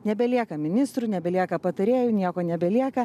nebelieka ministrų nebelieka patarėjų nieko nebelieka